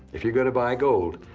if youre going to buy gold,